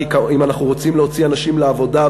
כי אם אנחנו רוצים להוציא אנשים לעבודה,